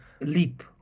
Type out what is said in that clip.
leap